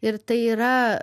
ir tai yra